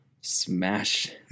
smash